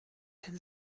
den